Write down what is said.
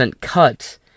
cut